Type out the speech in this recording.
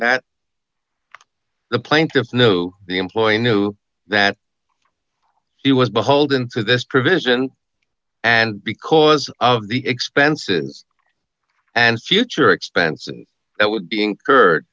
hat the plaintiff knew the employee knew that she was beholden to this provision and because of the expenses and future expenses that would be incurred